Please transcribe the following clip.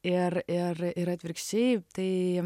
ir ir ir atvirkščiai tai